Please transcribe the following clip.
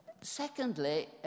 secondly